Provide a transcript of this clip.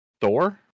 Thor